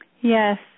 Yes